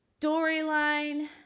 storyline